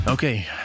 okay